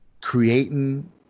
creating